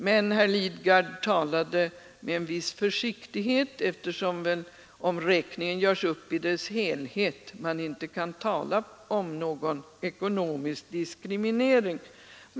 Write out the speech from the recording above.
Men herr Lidgard talade med en viss försiktighet eftersom väl, om räkningen görs upp i dess helhet, man inte kan tala om någon ekonomisk diskriminering.